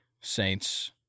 Saints